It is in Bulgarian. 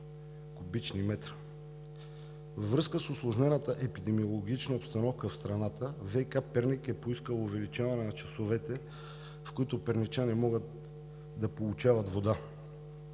куб. м. Във връзка с усложнената епидемиологична обстановка в страната ВиК – Перник, е поискало увеличаване на часовете, в които перничани могат да получават вода.